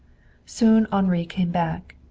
soon henri came back.